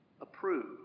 approved